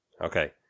Okay